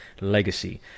legacy